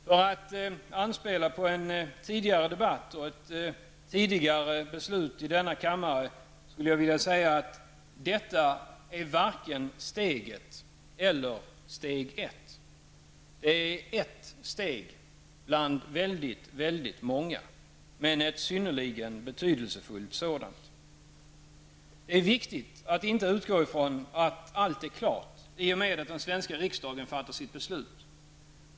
För att anspela på en tidigare debatt och ett tidigare beslut i denna kammare skulle jag kunna säga: Detta är varken steget eller steg ett. Det är ett steg bland väldigt många, men ett synnerligen betydelsefullt sådant. Det är viktigt att inte utgå från att allt är klart i och med att den svenska riksdagen fattar sitt beslut.